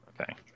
Okay